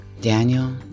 Daniel